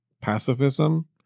pacifism